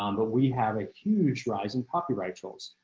um but we have a huge rise and copyright tools.